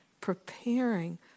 preparing